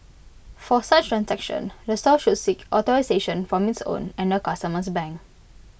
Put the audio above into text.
for such transactions the store should seek authorisation from its own and the customer's bank